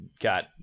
got